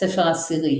ספר עשירי